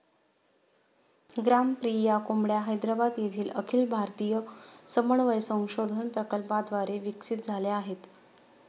ग्रामप्रिया कोंबड्या हैदराबाद येथील अखिल भारतीय समन्वय संशोधन प्रकल्पाद्वारे विकसित झाल्या आहेत